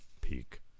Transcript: peak